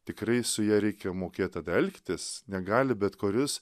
tikrai su ja reikia mokėt tada elgtis negali bet kuris